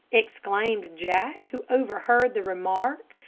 exclaimed jack, who overheard the remark,